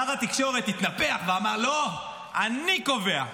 שר התקשורת התנפח ואמר: לא, אני קובע.